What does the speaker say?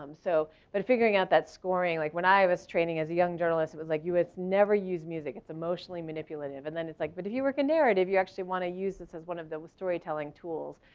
um so, but figuring out that scoring. like when i was training as a young journalist, it was like you would never use music. it's emotionally manipulative. and then it's like, but if you work in narrative, you actually wanna use this as one of those storytelling tools.